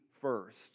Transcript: first